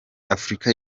afurika